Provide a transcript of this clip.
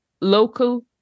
Local